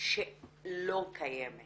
שלא קיימת